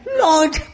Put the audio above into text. Lord